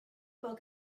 bug